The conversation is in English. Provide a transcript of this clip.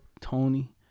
Tony